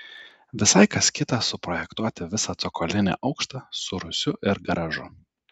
visai kas kita suprojektuoti visą cokolinį aukštą su rūsiu ir garažu